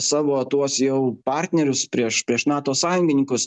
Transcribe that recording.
savo tuos jau partnerius prieš prieš nato sąjungininkus